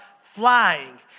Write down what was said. flying